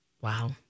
Wow